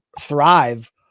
thrive